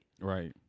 Right